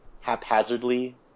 haphazardly